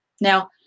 Now